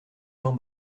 jean